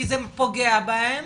כי זה פוגע בהם,